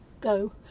go